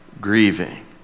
grieving